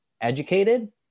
educated